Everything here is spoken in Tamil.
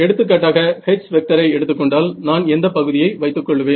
எடுத்துக்காட்டாக H ஐ எடுத்துக்கொண்டால் நான் எந்த பகுதியை வைத்துக் கொள்வேன்